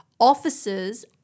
Officers